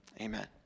Amen